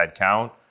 headcount